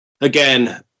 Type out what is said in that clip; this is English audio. Again